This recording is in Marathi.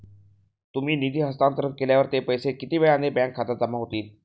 तुम्ही निधी हस्तांतरण केल्यावर ते पैसे किती वेळाने बँक खात्यात जमा होतील?